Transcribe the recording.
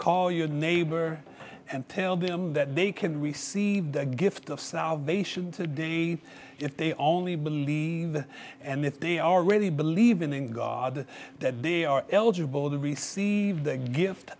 call your neighbor and tell them that they can receive the gift of salvation today if they only believe and if they already believe in god that they are eligible to receive the gift